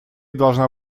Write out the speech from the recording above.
должна